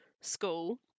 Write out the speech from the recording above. school